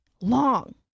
long